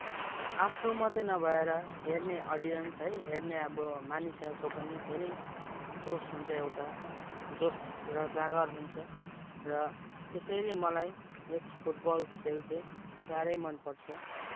आफ्नो मात्रै नभएर हेर्ने अडियन्स है हेर्ने अब मानिसहरूको पनि धेरै जोस् हुन्छ एउटा जोस् र जाँगर हुन्छ र त्यसैले मलाई यस फुटबल खेल चाहिँ साह्रै मनपर्छ